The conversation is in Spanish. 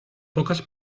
pocas